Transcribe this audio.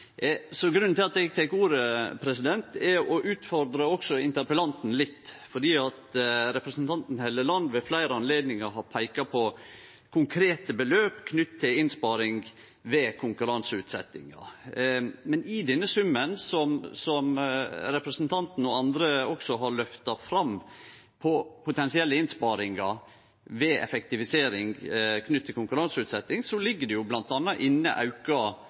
så grunnen til at eg tek ordet, er at eg vil utfordre også interpellanten litt, fordi representanten Helleland ved fleire anledningar har peikt på konkrete beløp knytt til innsparing ved konkurranseutsetjing. Men i denne summen, som representanten og også andre har løfta fram, på potensielle innsparingar ved effektivisering knytt til konkurranseutsetjing, ligg det jo bl.a. inne auka